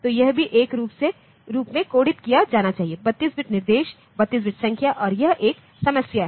तो यह भी एक के रूप में कोडित किया जाना चाहिए 32 बिट निर्देश 32 बिट संख्या और यह एक समस्या है